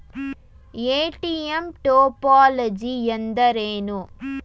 ATM topology ಎಂದರೇನು?